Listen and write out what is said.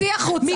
צאי החוצה.